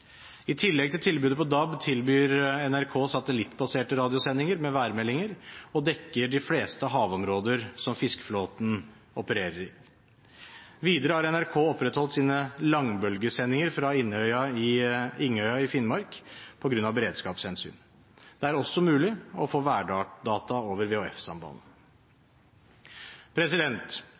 I tillegg til tilbudet på DAB tilbyr NRK satellittbaserte radiosendinger med værmeldinger og dekker de fleste havområder som fiskeflåten opererer i. Videre har NRK opprettholdt sine langbølgesendinger fra Ingøya i Finnmark på grunn av beredskapshensyn. Det er også mulig å få værdata over